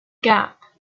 gap